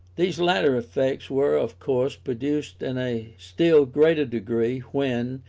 these latter effects were of course produced in a still greater degree, when,